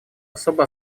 особо